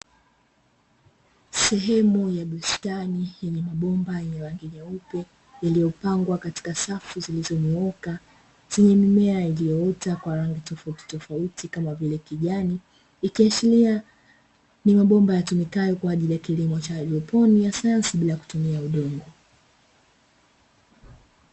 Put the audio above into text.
Sehemu ya bustani yenye mabomba yenye rangi nyeupe yaliyopangwa katika safu zilizonyooka, zenye mimea iliyoota kwa rangi tofauti tofauti kama vile kijani, ikiashiria ni mabomba yatumikayo kwa ajili ya kilimo cha haidroponi ya sayansi bila kutumia udongo.